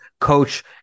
coach